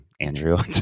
Andrew